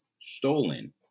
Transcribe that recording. stolen